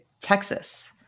Texas